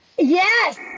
Yes